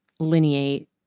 lineate